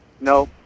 No